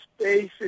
spaces